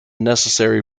necessary